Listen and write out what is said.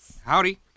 Howdy